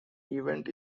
event